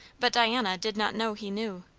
but diana did not know he knew.